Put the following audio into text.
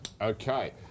Okay